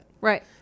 Right